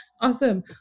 Awesome